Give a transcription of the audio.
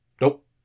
nope